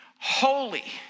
holy